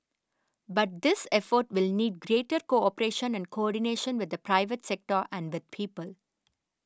but this effort will need greater cooperation and coordination with the private sector and the people